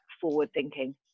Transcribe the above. forward-thinking